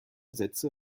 sätze